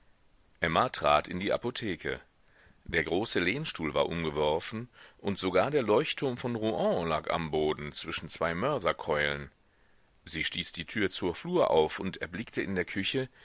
emma trat in die apotheke der große lehnstuhl war umgeworfen und sogar der leuchtturm von rouen lag am boden zwischen zwei mörserkeulen sie stieß die tür zur flur auf und erblickte in der küche